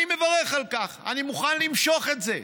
אני מברך על כך, אני מוכן למשוך את זה.